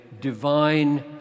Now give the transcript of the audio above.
divine